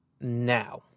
Now